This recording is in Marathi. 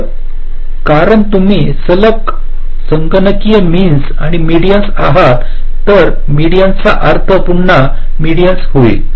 तर कारण तुम्ही सलग संगणकीय मिनस आणि मेडीन्स आहात तर मेडीन्स चा अर्थ पुन्हा मेडीन्स होईल